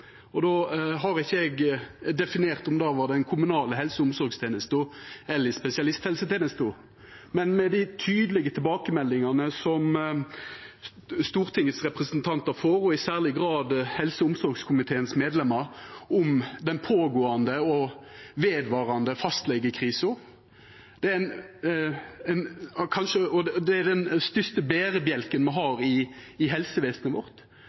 Og då har ikkje eg definert om det var i den kommunale helse- og omsorgstenesta eller spesialisthelsetenesta. Dei tydelege tilbakemeldingane som Stortingets representantar får – og i særleg grad medlemane i helse- og omsorgskomiteen – om den pågåande og vedvarande fastlegekrisa, gjeld den største berebjelken i helsevesenet vårt. Det er heilt avgjerande å sikra at nettopp den ressursen av helsepersonell er til stades ute i